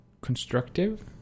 Constructive